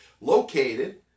located